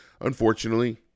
Unfortunately